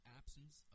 absence